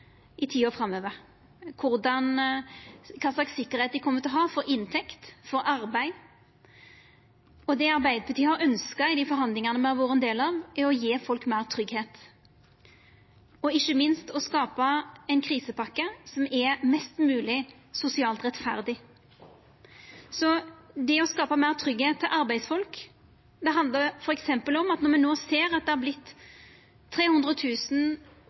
i tida framover, kva slags tryggleik dei kjem til å ha for inntekt, for arbeid. Det Arbeidarpartiet har ynskt i dei forhandlingane me har vore ein del av, er å gje folk større tryggleik og ikkje minst å skapa ei krisepakke som er mest mogleg sosialt rettferdig. Å skapa større tryggleik for arbeidsfolk handlar f.eks. om at når me no ser at det